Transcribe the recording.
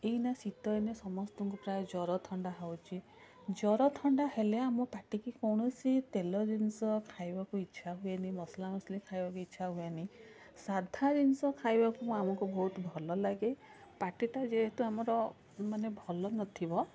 ଏଇନା ଶୀତଦିନେ ସମସ୍ତଙ୍କୁ ପ୍ରାୟ ଜ୍ୱରଥଣ୍ଡା ହେଉଛି ଜ୍ୱରଥଣ୍ଡା ହେଲେ ଆମ ପାଟିକି କୌଣସି ତେଲ ଜିନିଷ ଖାଇବାକୁ ଇଛା ହୁଏନି ମସଲାମସଲି ଖାଇବାକୁ ଇଛା ହୁଏନି ସାଧା ଜିନିଷ ଖାଇବାକୁ ଆମକୁ ବହୁତ ଭଲ ଲାଗେ ପାଟିଟା ଯେହେତୁ ଆମର ମାନେ ଭଲନଥିବ